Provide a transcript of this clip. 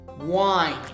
wine